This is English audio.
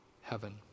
heaven